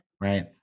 right